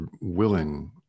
willing